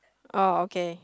oh okay